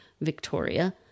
Victoria